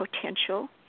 potential